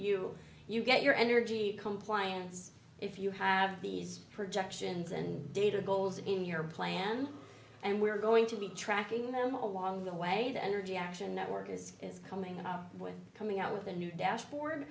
you you get your energy compliance if you have these projections and data goals in your plan and we're going to be tracking them along the way the energy action network is is coming up with coming out with a new dashboard